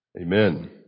Amen